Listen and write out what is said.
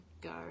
go